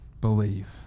believe